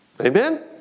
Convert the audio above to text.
Amen